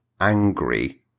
angry